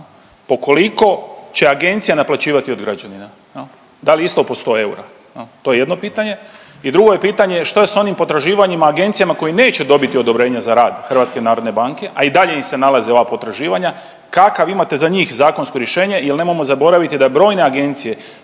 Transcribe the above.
Po koliko će agencija naplaćivati od građanina? Da li isto po sto eura? To je jedno pitanje. I drugo je pitanje što je sa onim potraživanjima agencijama koji neće dobiti odobrenje za rad Hrvatske narodne banke, a i dalje im se nalaze ova potraživanja. Kakav imate za njih zakonsko rješenje, jer nemojmo zaboraviti da brojne agencije